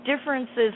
differences